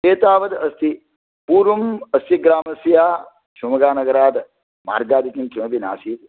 एतावद् अस्ति पूर्वम् अस्य ग्रामस्य शिमोगानगरात् मार्गादिकं किमपि नासीत्